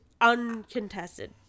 uncontested